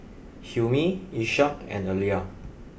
Hilmi Ishak and Alya